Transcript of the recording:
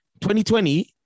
2020